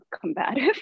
combative